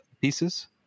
pieces